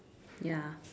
ya